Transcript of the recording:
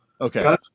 okay